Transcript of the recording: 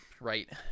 right